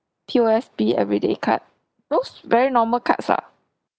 P_O_S_B everyday card those very normal cards lah